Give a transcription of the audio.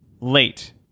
late